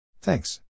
Thanks